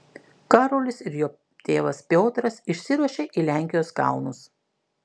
karolis ir jo tėvas piotras išsiruošia į lenkijos kalnus